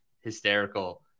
hysterical